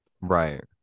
Right